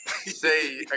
say